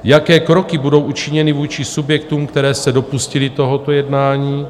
Jaké kroky budou učiněny vůči subjektům, které se dopustily tohoto jednání?